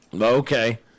Okay